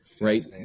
right